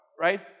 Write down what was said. right